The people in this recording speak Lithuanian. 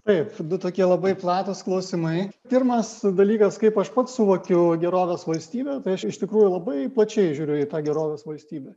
taip du tokie labai platūs klausimai pirmas dalykas kaip aš pats suvokiu gerovės valstybę tai aš iš tikrųjų labai plačiai žiūriu į tą gerovės valstybę